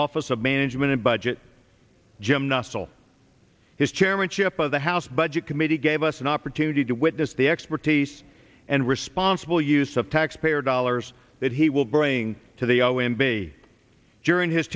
office of management and budget jim nussle his chairmanship of the house budget committee gave us an opportunity to witness the expertise and responsible use of taxpayer dollars that he will bring to the o m b during his